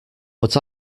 but